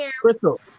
Crystal